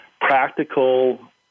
practical